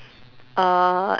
uh